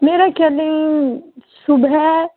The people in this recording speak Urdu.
میرا کلینگ صبح